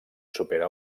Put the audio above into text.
supera